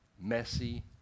messy